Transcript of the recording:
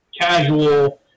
casual